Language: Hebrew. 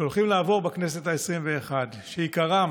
שהולכים לעבור בכנסת העשרים ואחת, ועיקרם: